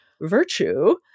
virtue